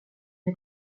ner